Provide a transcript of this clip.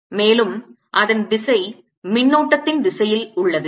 மேலும் அதன் திசை மின்னோட்டத்தின் திசையில் உள்ளது